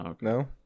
No